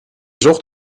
zocht